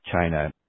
China